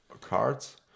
cards